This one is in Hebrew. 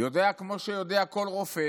הוא יודע כמו שיודע כל רופא